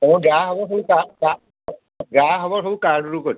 ହଁ ଯାହାହେବ ସବୁ କା କା ଯାହାହେବ ସବୁ କାର୍ଡ଼ ରୁ କଟିବ